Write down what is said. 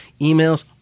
emails